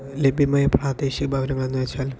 ലഭ്യമായ പ്രാദേശിക ഭവനം എന്നു ചോദിച്ചാൽ